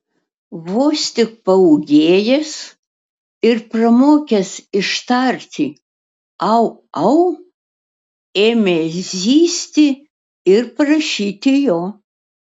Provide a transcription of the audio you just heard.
vos tik paūgėjęs ir pramokęs ištarti au au ėmė zyzti ir prašyti jo